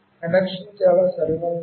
connection చాలా సరళంగా ఉంటుంది